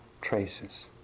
traces